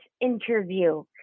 interview